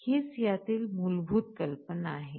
हीच ह्यातील मूलभूत कल्पना आहे